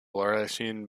laurentian